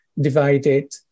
divided